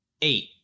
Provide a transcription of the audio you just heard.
Eight